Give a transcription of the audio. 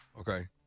Okay